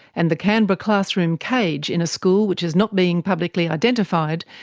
and the canberra classroom cage, in a school which has not being publicly identified,